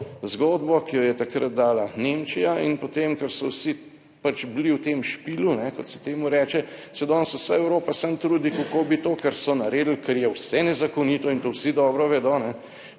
zgodbo, ki jo je takrat dala Nemčija. In potem, ker so vsi pač bili v tem špilu, kot se temu reče, se danes vsa Evropa samo trudi, kako bi to, kar so naredili, ker je vse nezakonito in to vsi dobro vedo,